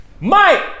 Mike